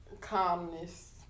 calmness